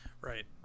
right